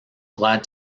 glad